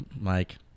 Mike